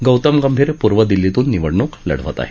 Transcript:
गौतम गंभीर पूर्व दिल्लीतून निवडणूक लढवत आहे